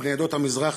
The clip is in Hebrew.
בני עדות המזרח,